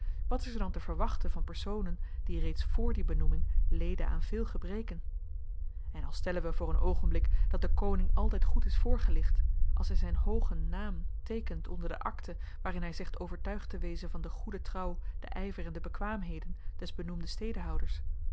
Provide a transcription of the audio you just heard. wat is er dan te verwachten van personen die reeds vr die benoeming leden aan veel gebreken en al stellen we voor een oogenblik dat de koning altyd goed is voorgelicht als hy zyn hoogen naam teekent onder de akte waarin hy zegt overtuigd te wezen van de goede trouw den yver en de bekwaamheden des benoemden